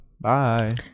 bye